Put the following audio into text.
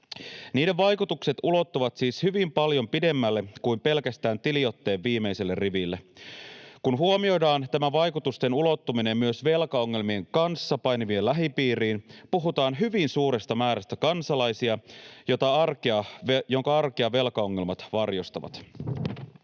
Niiden vaikutukset ulottuvat siis hyvin paljon pidemmälle kuin pelkästään tiliotteen viimeiselle riville. Kun huomioidaan tämä vaikutusten ulottuminen myös velkaongelmien kanssa painivien lähipiiriin, puhutaan hyvin suuresta määrästä kansalaisia, joidenka arkea velkaongelmat varjostavat.